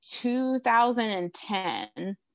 2010